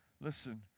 Listen